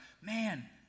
man